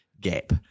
gap